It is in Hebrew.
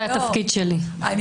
זה התפקיד שלי.